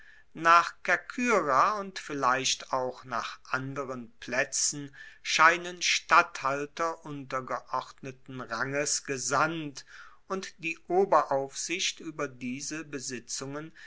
nach kerkyra und vielleicht auch nach anderen plaetzen scheinen statthalter untergeordneten ranges gesandt und die oberaufsicht ueber diese besitzungen